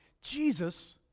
Jesus